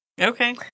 Okay